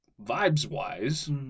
vibes-wise